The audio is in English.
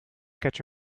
catch